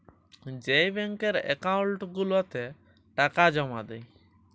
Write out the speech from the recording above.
যেই ব্যাংকের একাউল্ট গুলাতে টাকা জমা দেই